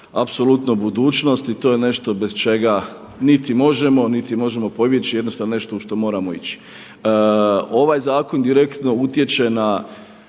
apsolutno budućnost i to je nešto bez čega niti možemo, niti možemo pobjeći, jednostavno nešto u što moramo ići. Ovaj zakon direktno utječe na